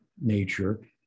nature